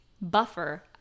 buffer